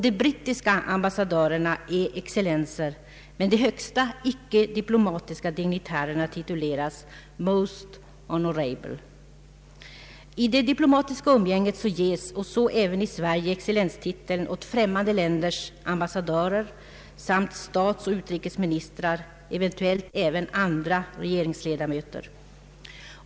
De brittiska ambassadörerna är excellenser, men de högsta icke-diplomatiska dignitärerna tituleras ”Most honourable”. I det diplomatiska umgänget ges — så även i Sverige — excellenstiteln åt främmande länders ambassadörer samt statsoch utrikesministrar, eventuellt även andra regeringsledamöter.